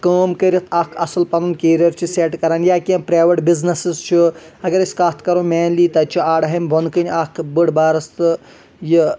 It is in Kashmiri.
کأم کٔرِتھ اکھ اصل پنُن کیریر چھُ سٮ۪ٹ کران یا کیٚنٛہہ پراویٹ بِزنٔسس چھ اگر أسۍ کتھ کرو مینلی تَتہِ چھ آڑٕہامہِ بۄنہ کنہِ اکھ بٔڑ بارسُہ یہِ